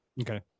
Okay